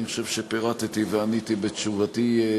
אני חושב שפירטתי ועניתי בתשובתי על